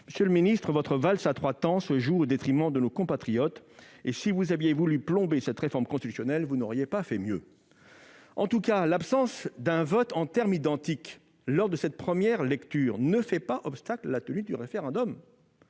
Monsieur le garde des sceaux, votre valse à trois temps se joue au détriment de nos compatriotes, et si vous aviez voulu plomber cette réforme constitutionnelle, vous n'auriez pas fait mieux. En tout cas, l'absence d'un vote en termes identiques lors de cette première lecture ne fait pas obstacle à la tenue du référendum.